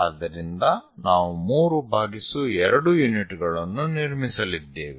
ಆದ್ದರಿಂದ ನಾವು 32 ಯೂನಿಟ್ ಗಳನ್ನು ನಿರ್ಮಿಸಲಿದ್ದೇವೆ